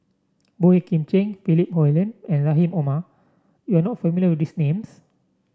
Boey Kim Cheng Philip Hoalim and Rahim Omar you are not familiar with these names